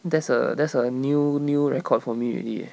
that's a that's a new new record for me already